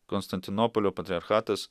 konstantinopolio patriarchatas